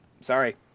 Sorry